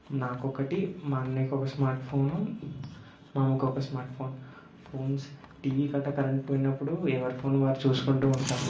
నాకొకటి మా అన్నయ్యకొక smart phone మా అమ్మకొక స్మార్ట్ ఫోన్ ఫోన్స్ టీవీకైతే కరెంటు పోయినప్పుడు ఎవరి ఫోన్ వారు చూసుకుంటూ ఉంటాం